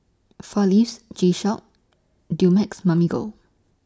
four Leaves G Shock Dumex Mamil Gold